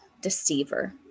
deceiver